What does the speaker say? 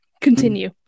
continue